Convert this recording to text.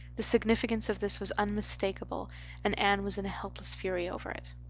the significance of this was unmistakable and anne was in a helpless fury over it.